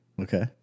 Okay